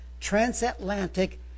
transatlantic